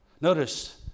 Notice